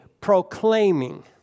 proclaiming